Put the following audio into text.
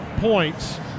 points